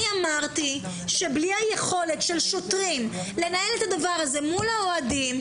אני אמרתי שבלי היכולת של שוטרים לנהל את הדבר הזה מול האוהדים,